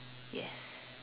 yes